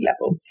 level